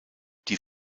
die